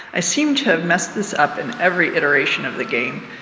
i seem to have messed this up in every iteration of the game.